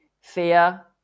fear